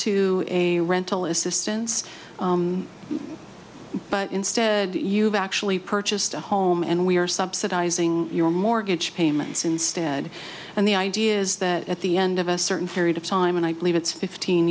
to a rental assistance but instead you've actually purchased a home and we are subsidizing your mortgage payments instead and the idea is that at the end of a certain period of time and i believe it's fifteen